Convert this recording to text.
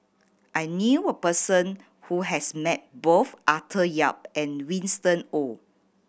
I knew a person who has met both Arthur Yap and Winston Oh